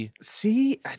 see